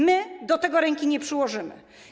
My do tego ręki nie przyłożymy.